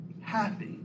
happy